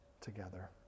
together